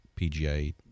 PGA